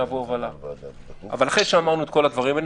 אבל לפתחנו שני דברים: